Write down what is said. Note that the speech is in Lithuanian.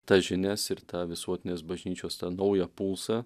tas žinias ir tą visuotinės bažnyčios tą naują pulsą